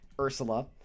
ursula